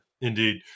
Indeed